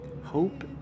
Hope